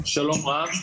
שלום רב,